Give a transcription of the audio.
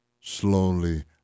slowly